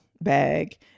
bag